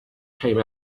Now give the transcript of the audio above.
came